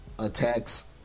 Attacks